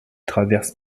traverse